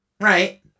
Right